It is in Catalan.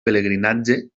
pelegrinatge